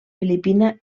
filipina